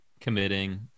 committing